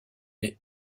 est